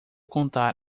contar